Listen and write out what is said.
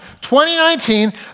2019